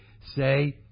say